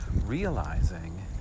realizing